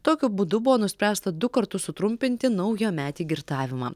tokiu būdu buvo nuspręsta du kartus sutrumpinti naujametį girtavimą